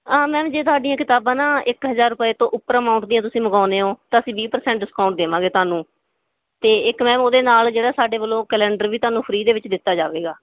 ਅ ma'am ਜੇ ਸਾਡੀਆਂ ਕਿਤਾਬਾਂ ਨਾ ਇੱਕ ਹਜ਼ਾਰ ਤੋਂ ਉੱਪਰ ਅਮਾਊਂਟ ਦੀਆਂ ਤੁਸੀਂ ਮੰਗਾਉਂਦੇ ਹੋ ਤਾਂ ਅਸੀਂ ਵੀਹ ਪਰਸੈਂਟ ਡਿਸਕਾਊਂਟ ਦੇਵਾਂਗੇ ਤੁਹਾਨੂੰ ਅਤੇ ਇੱਕ ਮੈਮ ਉਹਦੇ ਨਾਲ ਜਿਹੜਾ ਸਾਡੇ ਵੱਲੋਂ ਕੈਲੰਡਰ ਵੀ ਤੁਹਾਨੂੰ ਫਰੀ ਦੇ ਵਿੱਚ ਦਿੱਤਾ ਜਾਵੇਗਾ